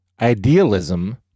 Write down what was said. idealism